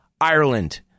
Ireland